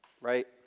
right